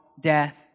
death